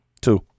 Two